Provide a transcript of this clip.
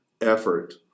effort